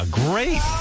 great